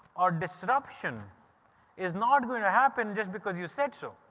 or disruption is not going to happen just because you said so,